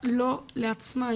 לא לעצמה,